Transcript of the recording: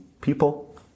people